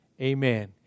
amen